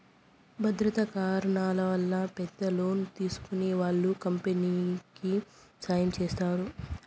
భద్రతా కారణాల వల్ల పెద్ద లోన్లు తీసుకునే వాళ్ళు కంపెనీకి సాయం చేస్తారు